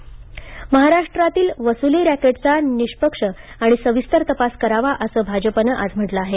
वसुली रॅकेट महाराष्ट्रीतील वसुली रॅकेटचा निष्पक्ष आणि सविस्तर तपास करावा असं भाजपानं म्हटलं आहे